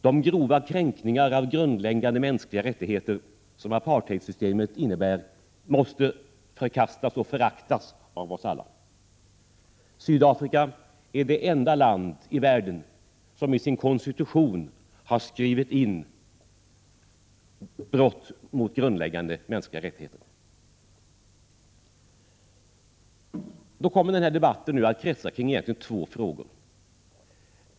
De grova kränkningar av grundläggande mänskliga rättigheter som apartheidsystemet innebär måste förkastas och föraktas av oss alla. Sydafrika är det enda land i världen somi = Prot. 1986/87:129 sin konstitution har skrivit in brott mot grundläggande mänskliga rättigheter. — 22 maj 1987 Den här debatten kommer egentligen att kretsa kring två frågor.